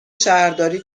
شهرداری